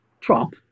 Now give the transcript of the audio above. Trump